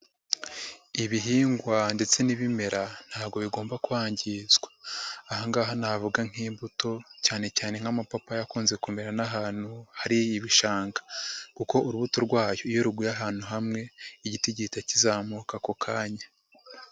Ibihingwa ndetse n'ibimera ntabwo bigomba kwangizwa, ahangaha navuga nk'imbuto cyane cyane nk'amapapa akunze kumera n'ahantu hari ibishanga kuko urubuto rwayo iyo ruguye ahantu hamwe igiti gihita kizamuka ako kanya.